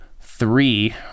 three